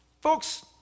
folks